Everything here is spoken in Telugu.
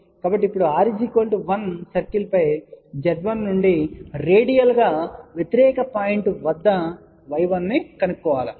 కాబట్టి ఇప్పుడు r 1 సర్కిల్పై z1 నుండి రేడియల్గా వ్యతిరేక పాయింట్ వద్ద y1 ను కనుగొనండి